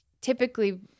typically